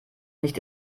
nicht